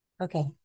Okay